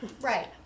Right